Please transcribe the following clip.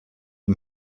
ihm